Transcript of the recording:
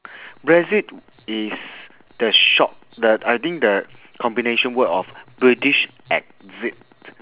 brexit is the short the I think the combination word of british exit